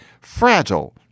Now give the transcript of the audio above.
fragile